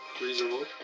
reasonable